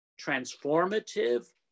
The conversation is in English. transformative